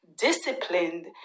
disciplined